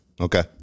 Okay